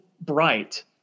bright